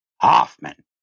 Hoffman